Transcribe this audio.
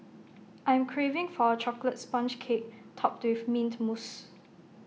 I'm craving for A Chocolate Sponge Cake Topped with Mint Mousse